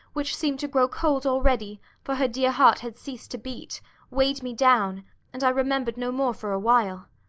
which seemed to grow cold already for her dear heart had ceased to beat weighed me down and i remembered no more for a while.